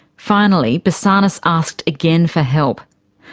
finally, basarnas asked again for help.